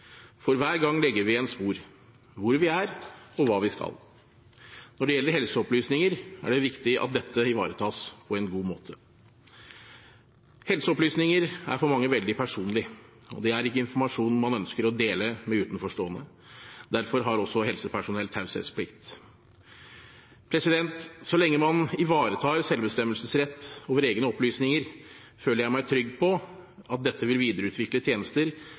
For hver gang legger vi igjen spor: hvor vi er, og hva vi skal. Når det gjelder helseopplysninger, er det viktig at dette ivaretas på en god måte. Helseopplysninger er for mange veldig personlig. Det er ikke informasjon man ønsker å dele med utenforstående. Derfor har også helsepersonell taushetsplikt. Så lenge man ivaretar selvbestemmelsesrett over egne opplysninger, føler jeg meg trygg på at dette vil videreutvikle tjenester